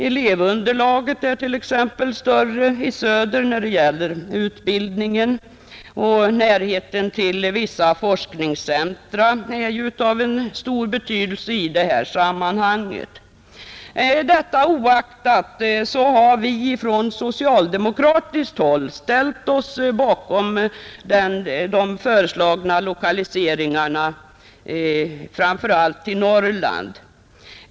Elevunderlaget är större i söder när det gäller utbildningen, och närheten till vissa forskningscentra är av stor betydelse i det här sammanhanget. Det oaktat har vi från socialdemokratiskt håll ställt oss bakom de föreslagna lokaliseringarna, framför allt till Norrland.